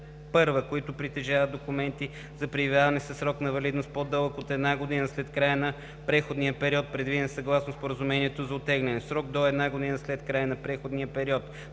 които притежават документи за пребиваване със срок на валидност по-дълъг от 1 година след края на преходния период, предвиден съгласно Споразумението за оттегляне, в срок до 1 година след края на преходния период